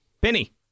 Penny